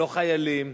לא חיילים,